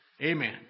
Amen